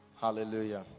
Hallelujah